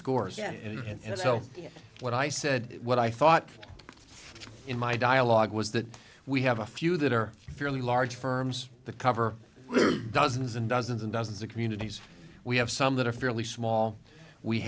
scores and so what i said what i thought in my dialogue was that we have a few that are fairly large firms the cover dozens and dozens and dozens of communities we have some that are fairly small we